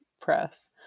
press